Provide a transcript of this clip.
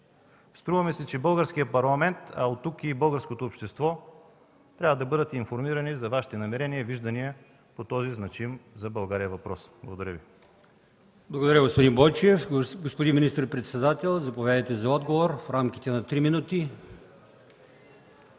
Струва ми се, че българският парламент, а оттук и българското общество, трябва да бъдат информирани за Вашите намерения и виждания по този значим за България въпрос. Благодаря Ви. ПРЕДСЕДАТЕЛ АЛИОСМАН ИМАМОВ: Благодаря Ви, господин Бойчев. Господин министър-председател, заповядайте за отговор в рамките на три минути.